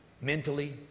mentally